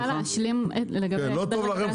אני כן רוצה להשלים לגבי ההסבר על הסעיף.